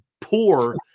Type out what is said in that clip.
poor